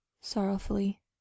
sorrowfully